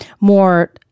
more